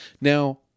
Now